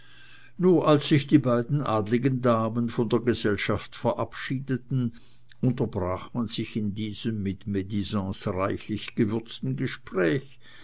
nur als sich die beiden adligen damen von der gesellschaft verabschiedeten unterbrach man sich in diesem mit medisance reichlich gewürzten gespräch